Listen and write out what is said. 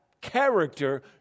character